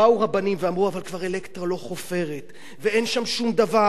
באו רבנים ואמרו: אבל "אלקטרה" כבר לא חופרת ואין שם שום דבר,